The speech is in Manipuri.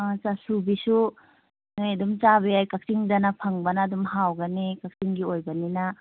ꯆꯥꯁꯨꯕꯤꯁꯨ ꯅꯣꯏ ꯑꯗꯨꯝ ꯆꯥꯕ ꯌꯥꯏ ꯀꯛꯆꯤꯡꯗꯅ ꯐꯪꯕꯅ ꯑꯗꯨꯝ ꯍꯥꯎꯒꯅꯤ ꯀꯛꯆꯤꯡꯒꯤ ꯑꯣꯏꯕꯅꯤꯅ